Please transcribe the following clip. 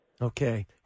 Okay